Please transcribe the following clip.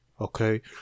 okay